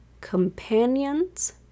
companions